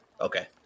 Okay